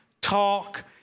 talk